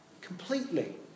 completely